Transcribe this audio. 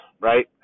right